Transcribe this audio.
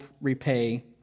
repay